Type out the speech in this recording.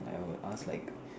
like I will ask like